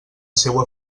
seua